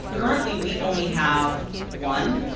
currently we only have one.